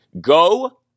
Go